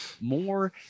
more